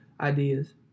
ideas